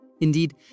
Indeed